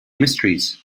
mysteries